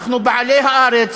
אנחנו בעלי הארץ,